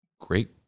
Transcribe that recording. great